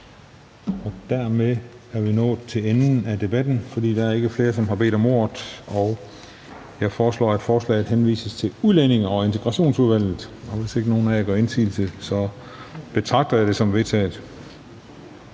Dermed er vi nået til enden af debatten, for der er ikke flere, som har bedt om ordet. Jeg foreslår, at forslaget henvises til Udlændinge- og Integrationsudvalget. Hvis ikke nogen af jer gør indsigelse, betragter jeg det som vedtaget.